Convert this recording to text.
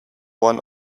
one